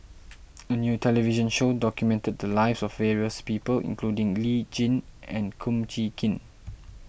a new television show documented the lives of various people including Lee Tjin and Kum Chee Kin